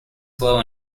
slow